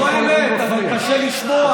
זאת האמת, אבל קשה לשמוע.